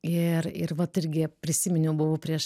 ir ir vat irgi prisiminiau buvau prieš